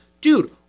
dude